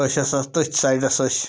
أسۍ ہسا ٲسۍ تٔتھۍ سایڈَس أسۍ